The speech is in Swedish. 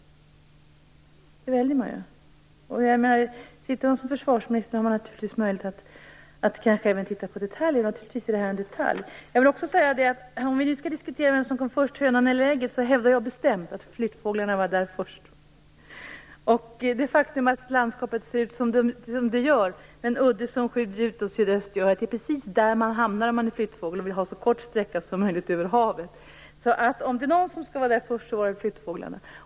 Det väljer man ju. Sitter man som försvarsminister har man naturligtvis möjlighet att även titta på detaljer. Naturligtvis är det här en detalj. Om vi nu skall diskutera vem som kom först, hönan eller ägget, hävdar jag bestämt att flyttfåglarna var där först. Det faktum att landskapet ser ut som det gör, med en udde som skjuter ut åt sydöst, gör att det är precis där man hamnar om man är flyttfågel och vill ha så kort sträcka som möjligt över havet. Om det är någon som skall vara där så är det flyttfåglarna.